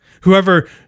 Whoever